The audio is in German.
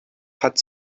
hat